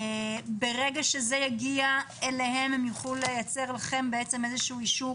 ברגע שזה יגיע אליהם הם יוכלו לייצר לכם אישור